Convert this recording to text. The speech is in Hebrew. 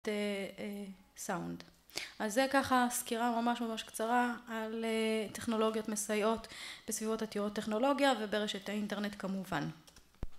סאונד. אז זו ככה סקירה ממש ממש קצרה על טכנולוגיות מסייעות בסביבות עתירות טכנולוגיה וברשת האינטרנט כמובן.